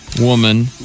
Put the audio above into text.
woman